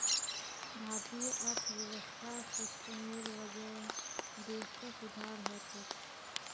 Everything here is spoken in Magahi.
भारतीय अर्थव्यवस्था सिस्टमेर वजह देशत सुधार ह छेक